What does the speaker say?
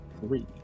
three